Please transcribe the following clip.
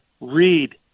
read